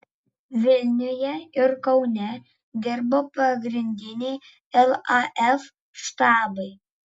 vilniuje ir kaune dirbo pagrindiniai laf štabai